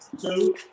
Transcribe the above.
two